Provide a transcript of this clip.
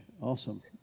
Awesome